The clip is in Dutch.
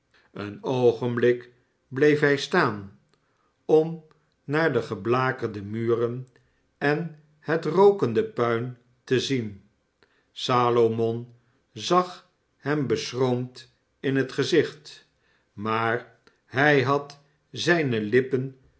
een oogenblik bleef hij staan om naar de geblakerde muren en het rookende puin te zien salomon zag hem beschroomd in het gezicht maar hij had zijne lippen